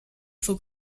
zog